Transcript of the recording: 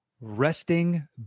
resting